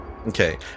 Okay